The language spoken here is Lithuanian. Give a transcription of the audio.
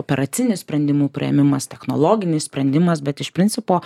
operacinis sprendimų priėmimas technologinis sprendimas bet iš principo